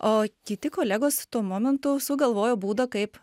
o kiti kolegos tuo momentu sugalvojo būdą kaip